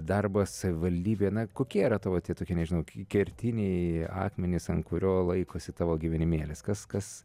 darbas savivaldybėj na kokie yra tavo tie tokie nežinau kertiniai akmenys ant kurio laikosi tavo gyvenimėlis kas kas